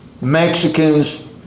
Mexicans